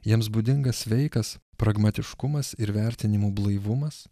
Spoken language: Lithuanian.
jiems būdingas sveikas pragmatiškumas ir vertinimų blaivumas